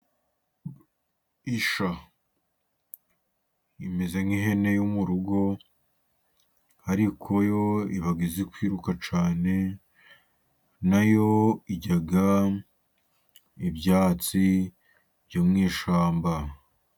Isha imeze nk'ihene yo mu rugo, ariko yo iba izi kwiruka cyane. Na yo irya ibyatsi byo mu ishyamba.